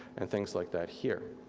and things like that here.